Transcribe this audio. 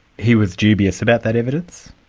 he was dubious about that evidence?